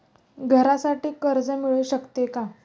घरासाठी कर्ज मिळू शकते का?